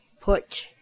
put